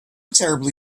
terribly